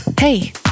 Hey